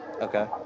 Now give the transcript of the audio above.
Okay